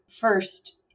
first